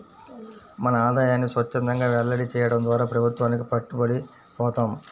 మన ఆదాయాన్ని స్వఛ్చందంగా వెల్లడి చేయడం ద్వారా ప్రభుత్వానికి పట్టుబడి పోతాం